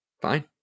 fine